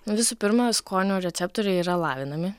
visų pirma skonio receptoriai yra lavinami